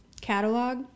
Catalog